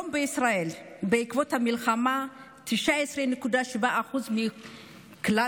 בעקבות המלחמה היום בישראל ירדה ההכנסה של 19.7% מכלל